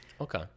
Okay